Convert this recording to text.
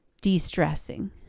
de-stressing